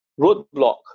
roadblock